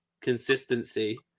consistency